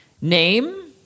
Name